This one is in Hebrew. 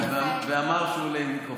כן, ואמר שהוא עולה עם מיקרופון.